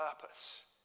purpose